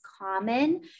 common